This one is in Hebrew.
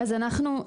אז אנחנו,